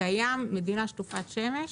זה קיים, אנחנו מדינה שטופת שמש,